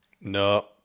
No